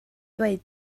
dweud